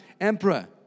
emperor